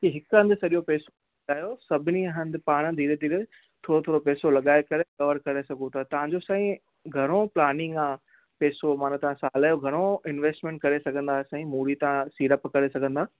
की हिक हंधु सॼो पेसो न लॻायो सभिनी हंधु पाण धीरे धीरे थोरो थोरो पेसो लॻाए करे कवर करे सघूं ता तांजो साईं घणो प्लानींग आहे पेसो मन तव्हां साल जो घ इनवेस्टमेंट करे सघंदा साईं मूड़ी तव्हां सीड़प करे सघंदा